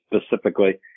specifically